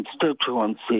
constituency